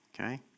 Okay